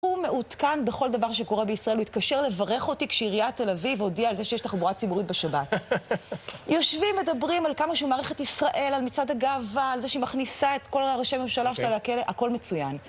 הוא מעודכן בכל דבר שקורה בישראל. הוא התקשר לברך אותי כשעיריית תל אביב הודיעה על זה שיש תחבורה ציבורית בשבת. יושבים מדברים על כמה שהוא מעריך את ישראל, על מצעד הגאווה, על זה שהיא מכניסה את כל הראשי ממשלה שלה לכלא, הכל מצוין.